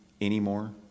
anymore